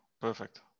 Perfect